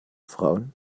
frauen